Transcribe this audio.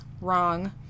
wrong